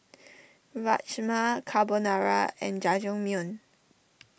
Rajma Carbonara and Jajangmyeon